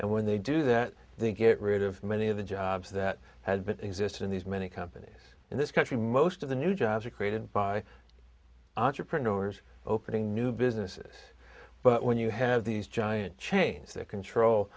and when they do that they get rid of many of the jobs that had been exist in these many companies in this country most of the new jobs are created by entrepreneurs opening new businesses but when you have these giant chains that control